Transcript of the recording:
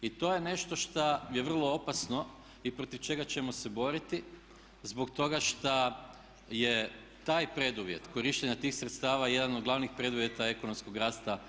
I to je nešto šta je vrlo opasno i protiv čega ćemo se boriti zbog toga šta je taj preduvjet korištenja tih sredstava jedan od glavnih preduvjeta ekonomskog rasta